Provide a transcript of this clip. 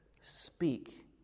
speak